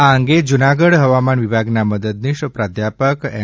આ અંગે જૂનાગઢ હવામાન વિભાગનાં મદદનીશ પ્રાધ્યપક શ્રી એમ